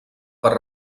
per